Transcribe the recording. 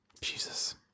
Jesus